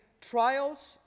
trials